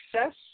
success